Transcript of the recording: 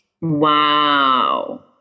Wow